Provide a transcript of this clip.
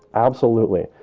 absolutely.